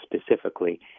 specifically